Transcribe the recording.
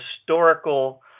historical